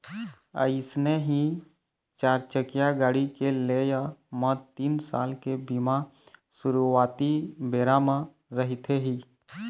अइसने ही चारचकिया गाड़ी के लेय म तीन साल के बीमा सुरुवाती बेरा म रहिथे ही